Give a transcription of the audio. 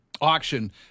auction